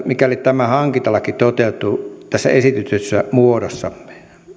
mikäli tämä hankintalaki toteutuu tässä esitetyssä muodossa